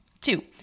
Two